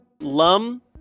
Lum